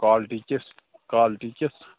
quality کِژھ کالٹی کِژھ